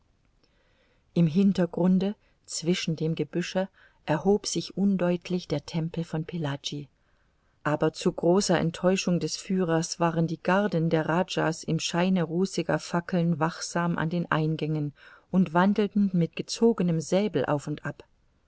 im hintergrunde zwischen dem gebüsche erhob sich undeutlich der tempel von pillaji aber zu großer enttäuschung des führers waren die garden der rajahs im scheine rußiger fackeln wachsam an den eingängen und wandelten mit gezogenem säbel auf und ab